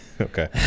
Okay